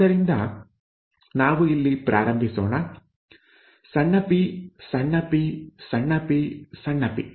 ಆದ್ದರಿಂದ ನಾವು ಇಲ್ಲಿ ಪ್ರಾರಂಭಿಸೋಣ ಸಣ್ಣ ಪಿ ಸಣ್ಣ ಪಿ ಸಣ್ಣ ಪಿ ಸಣ್ಣ ಪಿ